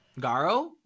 garo